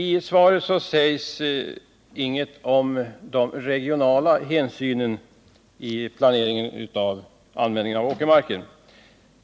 I svaret sägs ingenting om de regionala hänsynen i samband med planeringen av åkermarken.